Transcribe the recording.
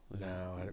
No